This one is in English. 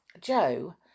Joe